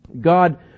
God